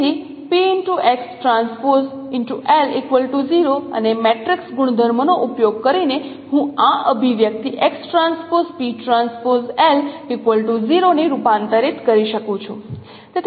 તેથી અને મેટ્રિક્સ ગુણધર્મનો ઉપયોગ કરીને હું આ અભિવ્યક્તિ ને રૂપાંતરિત કરી શકું છું